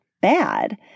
bad